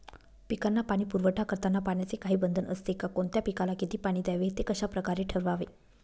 पिकांना पाणी पुरवठा करताना पाण्याचे काही बंधन असते का? कोणत्या पिकाला किती पाणी द्यावे ते कशाप्रकारे ठरवावे?